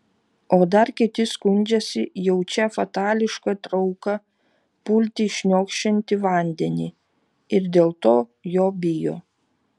o dar kiti skundžiasi jaučią fatališką trauką pulti į šniokščiantį vandenį ir dėl to jo bijo